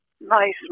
nice